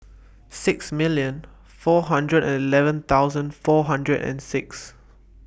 six million four hundred and eleven thousand four hundred and six